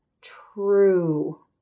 true